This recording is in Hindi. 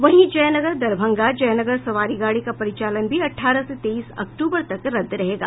वहीं जयनगर दरभंगा जयनगर सवारी गाड़ी का परिचालन भी अठारह से तेईस अक्तूबर तक रद्द रहेगा